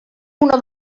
una